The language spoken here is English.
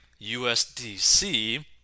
USDC